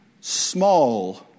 small